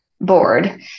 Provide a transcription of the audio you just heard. board